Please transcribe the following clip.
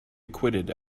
acquitted